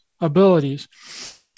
abilities